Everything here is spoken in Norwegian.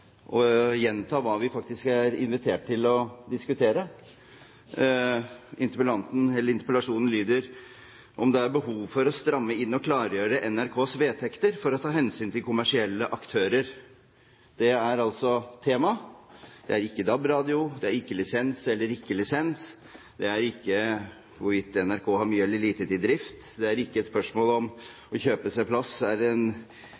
å gjenta hva vi faktisk er invitert til å diskutere. Interpellasjonens ordlyd går ut på om det er «behov for å stramme inn og klargjøre NRKs vedtekter for å ta hensyn til kommersielle aktører». Det er altså temaet. Det er ikke DAB-radio, det er ikke om vi skal ha lisens eller ikke lisens, det er ikke hvorvidt NRK har mye eller lite til drift, det er ikke et spørsmål om det å kjøpe seg plass er en